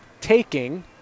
taking